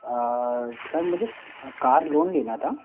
sir मुझे car loan लेना था